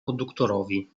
konduktorowi